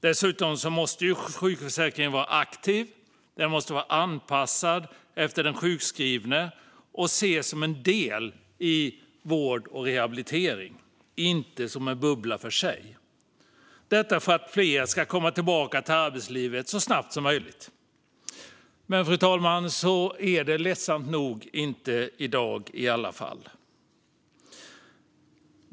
Dessutom måste sjukförsäkringen vara aktiv och anpassad efter den sjukskrivne och ses som en del i vård och rehabilitering, inte som en bubbla för sig - detta för att fler ska komma tillbaka till arbetslivet så snabbt som möjligt. Men, fru talman, så är det ledsamt nog inte i dag i alla fall.